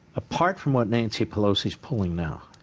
apart from what nancy pelosi is pulling now,